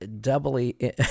doubly